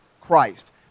Christ